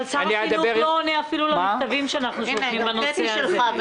אבל שר החינוך לא עונה למכתבים שאנחנו שולחים בנושא הזה.